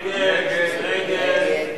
הסתייגות מס'